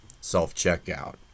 self-checkout